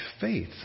faith